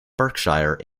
berkshire